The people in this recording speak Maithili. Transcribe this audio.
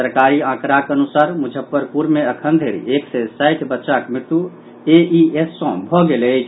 सरकारी आंकड़ाक अनुसार मुजफ्फरपुर मे अखन धरि एक सय साठि बच्चाक मृत्यु एईएस सँ भऽ गेल अछि